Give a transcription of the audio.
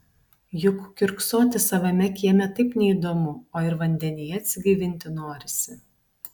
juk kiurksoti savame kieme taip neįdomu o ir vandenyje atsigaivinti norisi